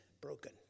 broken